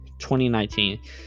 2019